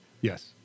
Yes